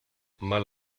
mal